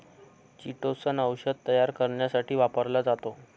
chitosan औषध तयार करण्यासाठी वापरला जातो